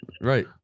right